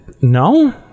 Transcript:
No